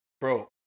Bro